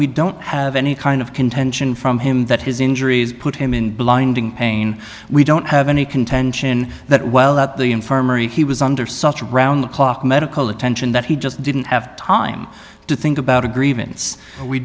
we don't have any kind of contention from him that his injuries put him in blinding pain we don't have any contention that while at the infirmary he was under such a round the clock medical attention that he just didn't have time to think about agreements we